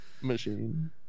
machine